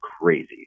crazy